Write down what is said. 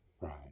Right